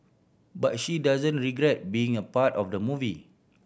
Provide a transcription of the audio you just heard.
but she doesn't regret being a part of the movie